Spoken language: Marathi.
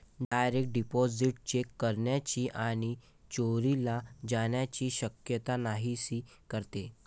डायरेक्ट डिपॉझिट चेक हरवण्याची आणि चोरीला जाण्याची शक्यता नाहीशी करते